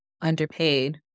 underpaid